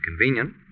convenient